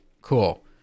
Cool